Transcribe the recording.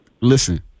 Listen